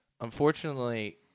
unfortunately